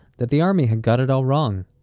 that the army had got it all wrong